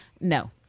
no